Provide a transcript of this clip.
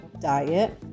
Diet